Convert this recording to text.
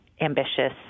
ambitious